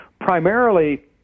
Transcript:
primarily